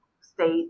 state